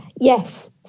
Yes